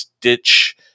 Ditch